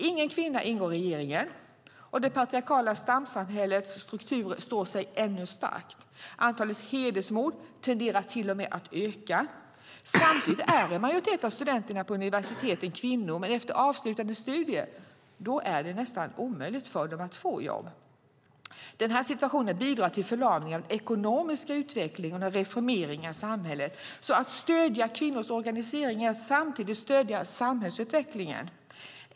Ingen kvinna ingår i regeringen, och det patriarkala stamsamhällets struktur står sig ännu stark. Antalet hedersmord tenderar till och med att öka. Samtidigt är en majoritet av studenterna på universiteten kvinnor, men efter avslutade studier är det nästan omöjligt för dem att få jobb. Den här situationen bidrar till en förlamning av den ekonomiska utvecklingen och reformeringen av samhället. Att stödja kvinnors organisering är att samtidigt stödja samhällsutvecklingen.